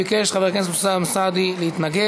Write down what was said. ביקש חבר הכנסת אוסאמה סעדי להתנגד,